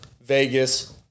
Vegas